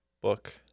book